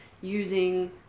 using